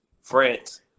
France